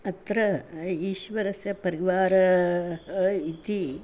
अत्र ईश्वरस्य परिवारः इति